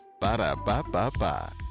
Ba-da-ba-ba-ba